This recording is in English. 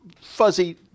fuzzy